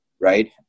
right